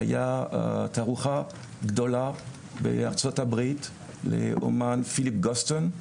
הייתה תערוכה גדולה בארצות הברית לאמן פיליפ גוסטן,